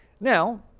now